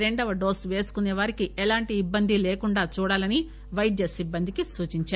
రెండవ డోస్ పేసుకుసే వారికి ఎలాంటి ఇబ్బంది లేకుండా చూడాలని వైద్య సిబ్బందికి సూచించారు